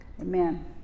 Amen